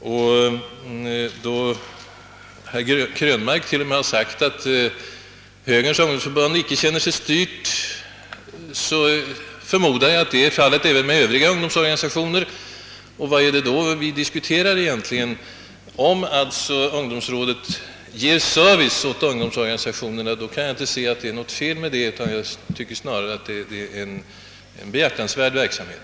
Då t.o.m. herr Krönmark har sagt att Högerns ungdomsförbund icke känner sig styrt av ungdomsrådet, förmodar jag att inte heller övriga ungdomsorga nisationer gör detta. Vad är det vi egentligen då diskuterar? Att ungdomsrådet ger service åt ungdomsorganisationerna kan jag inte se något fel i; jag tycker snarare att detta är en behjärtansvärd verksamhet.